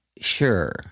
sure